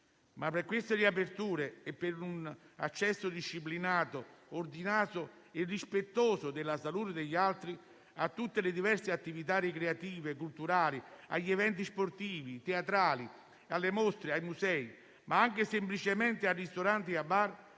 Per queste riaperture e per un accesso disciplinato, ordinato e rispettoso della salute degli altri, a tutte le diverse attività ricreative e culturali, agli eventi sportivi, teatrali, alle mostre, ai musei, ma anche semplicemente a ristoranti e bar,